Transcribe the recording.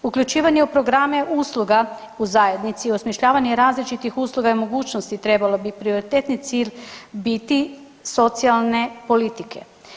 Uključivanje u programe usluga u zajednici, osmišljavanje različitih usluga i mogućnosti trebalo bi prioritetni cilj biti socijalne politike.